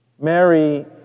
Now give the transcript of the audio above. Mary